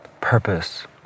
purpose